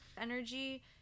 Energy